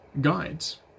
guides